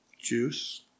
juice